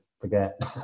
forget